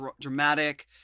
dramatic